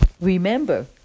Remember